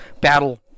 battle